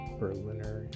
Berliner